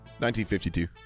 1952